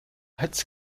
als